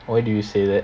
why do you say that